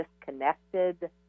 disconnected